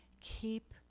Keep